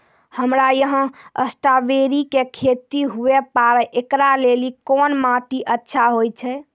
हमरा यहाँ स्ट्राबेरी के खेती हुए पारे, इकरा लेली कोन माटी अच्छा होय छै?